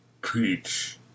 preach